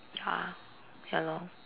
ya ya lor